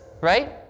right